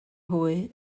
hwy